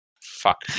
Fuck